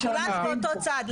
כולנו באותו צד.